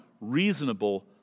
reasonable